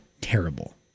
terrible